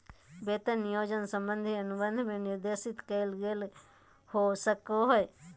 वेतन नियोजन संबंधी अनुबंध में निर्देशित कइल गेल हो सको हइ